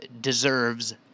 deserves